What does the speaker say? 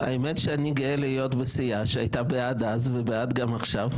האמת היא שאני גאה להיות בסיעה שהייתה בעד אז ובעד גם עכשיו.